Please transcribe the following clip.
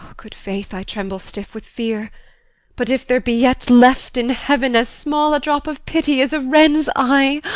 good faith, i tremble still with fear but if there be yet left in heaven as small a drop of pity as a wren's eye,